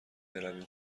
برویم